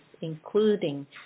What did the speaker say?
including